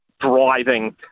driving